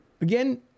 again